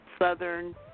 southern